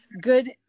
good